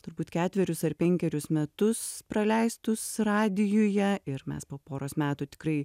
turbūt ketverius ar penkerius metus praleistus radijuje ir mes po poros metų tikrai